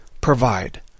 provide